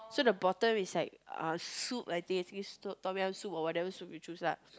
so the bottom is like uh soup I think Tom-Yum soup or whatever soup you choose lah